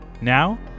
Now